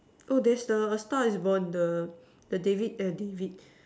oh there's the a star is born the the David eh David